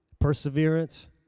perseverance